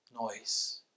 noise